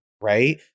right